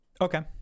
Okay